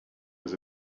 was